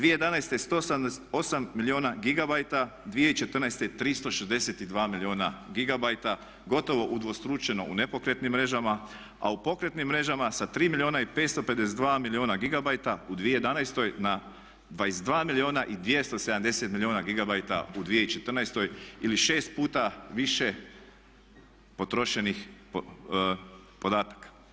2011. 178 milijuna gigabajta, 2014. 362 milijuna gigabajta gotovo udvostručeno u nepokretnim mrežama, a u pokretnim mrežama sa 3 milijuna i 552 milijuna gigabajta u 2011. na 22 milijuna i 270 milijuna gigabajta u 2014. ili 6 puta više potrošenih podataka.